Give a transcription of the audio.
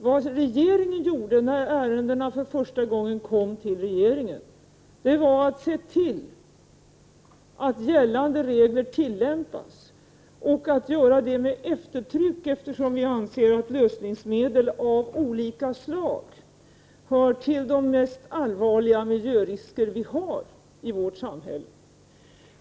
Vad regeringen gjorde när ärendena för första gången kom till den var att se till att gällande regler tillämpades, och det gjorde vi med eftertryck, eftersom vi anser att lösningsmedel av olika slag hör till de mest allvarliga miljörisker som förekommer i vårt samhälle.